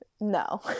no